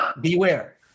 beware